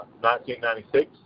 1996